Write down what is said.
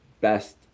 best